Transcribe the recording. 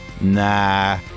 Nah